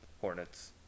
Hornets